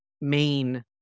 main